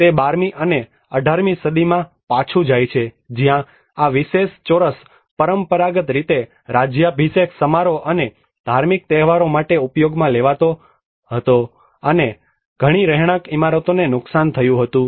તે 12 મી અને 18 મી સદીમાં પાછું જાય છે જ્યાં આ વિશેષ ચોરસ પરંપરાગત રીતે રાજ્યાભિષેક સમારોહ અને ધાર્મિક તહેવારો માટે ઉપયોગમાં લેવામાં આવતો હતો અને ઘણી રહેણાંક ઇમારતોને નુકસાન થયું હતું